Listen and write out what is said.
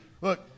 Look